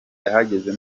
yahageze